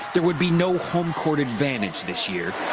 there would be no home court advantage this year.